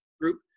group